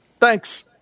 Thanks